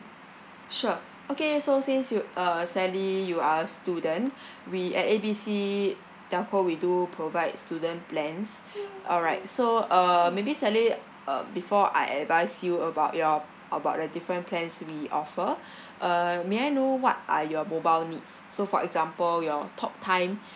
sure okay so since you uh sally you are a student we at A B C telco we do provide student plans alright so uh maybe sally um before I advise you about your about the different plans we offer uh may I know what are your mobile needs so for example your talk time